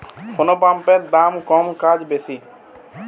কোন পাম্পের দাম কম কাজ বেশি?